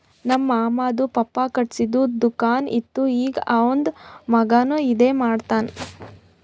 ನಮ್ ಮಾಮಾದು ಪಪ್ಪಾ ಖಟ್ಗಿದು ದುಕಾನ್ ಇತ್ತು ಈಗ್ ಅವಂದ್ ಮಗಾನು ಅದೇ ಮಾಡ್ತಾನ್